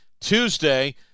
Tuesday